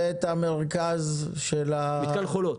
ואת מתקן חולות.